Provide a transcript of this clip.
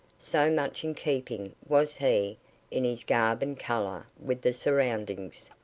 so much in keeping was he in his garb and colour with the surroundings.